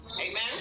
Amen